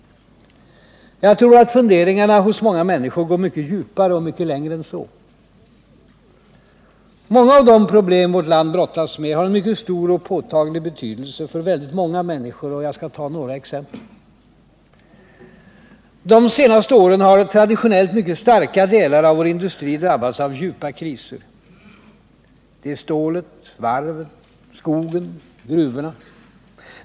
Jag tror att funderingarna hos många människor går mycket djupare och mycket längre än så. Många av de problem vårt land brottas med har en mycket stor och påtaglig betydelse för väldigt många människor. Låt mig ta några exempel. Under de senaste åren har traditionellt mycket starka delar av vår industri drabbats av djupa kriser. Det är stålet, varven, skogen, gruvorna.